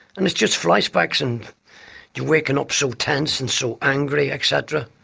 and it's just fly specks, and you're waking up so tense and so angry etc,